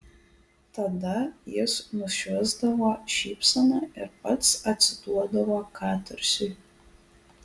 tada jis nušvisdavo šypsena ir pats atsiduodavo katarsiui